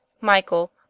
Michael